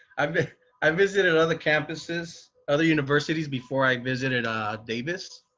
ivan i visited other campuses other universities. before i visited a davis